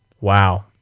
Wow